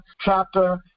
chapter